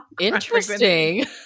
Interesting